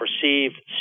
perceived